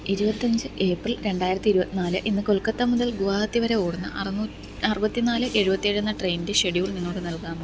ഇരുപത്തി അഞ്ച് ഏപ്രിൽ രണ്ടായിരത്തി ഇരുപത്തി നാല് ഇന്ന് കൊൽക്കത്ത മുതൽ ഗുവാഹത്തി വരെ ഓടുന്ന അറുപത്തി നാല് ഏഴുപത്തി ഏഴ് എന്ന ട്രെയിനിൻ്റെ ഷെഡ്യൂൾ നിങ്ങൾക്ക് നൽകാമോ